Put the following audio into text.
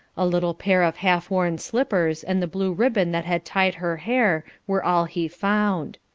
a little pair of half-worn slippers, and the blue ribbon that had tied her hair were all he found.